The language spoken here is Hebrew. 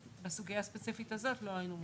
בסוגייה הספציפית הזאת לא היינו מעורבים?